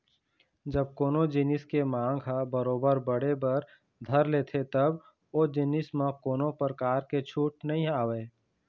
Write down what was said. जब कोनो जिनिस के मांग ह बरोबर बढ़े बर धर लेथे तब ओ जिनिस म कोनो परकार के छूट नइ आवय